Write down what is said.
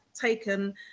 taken